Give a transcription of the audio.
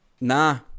Nah